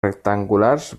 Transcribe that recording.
rectangulars